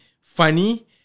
funny